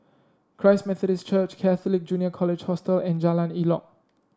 Christ Methodist Church Catholic Junior College Hostel and Jalan Elok